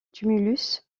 tumulus